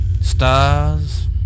Stars